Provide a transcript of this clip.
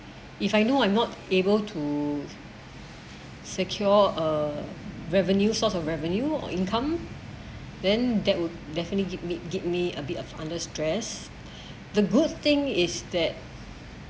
if I know I'm not able to secure a revenue source of revenue income then that would definitely give me give me a bit of under stress the good thing is that